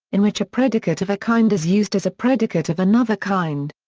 in which a predicate of a kind is used as a predicate of another kind.